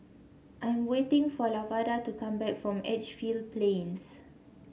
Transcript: I am waiting for Lavada to come back from Edgefield Plains